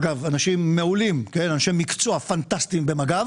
אגב, אנשים מעולים, אנשי מקצוע פנטסטיים במג"ב